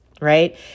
right